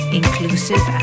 inclusive